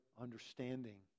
understanding